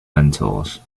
mentors